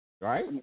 Right